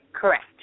Correct